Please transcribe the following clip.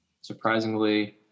surprisingly